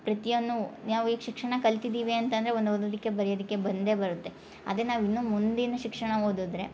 ಪ್ರತಿಯೊಂದ್ನು ನಾವು ಈಗ ಶಿಕ್ಷಣ ಕಲ್ತಿದೀವಿ ಅಂತಂದರೆ ಒಂದು ಓದದಿಕ್ಕೆ ಬರೆಯದಿಕ್ಕೆ ಬಂದೇ ಬರುತ್ತೆ ಅದೇ ನಾವು ಇನ್ನು ಮುಂದಿನ ಶಿಕ್ಷಣ ಓದಿದ್ರೆ